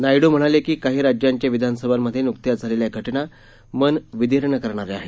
नायड्र म्हणाले की काही राज्यांच्या विधानसभांमध्ये नुकत्याच झालेल्या घटना मन विदीर्ण करणाऱ्या आहेत